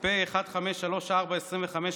ופ/1534/25,